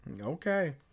Okay